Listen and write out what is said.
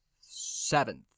seventh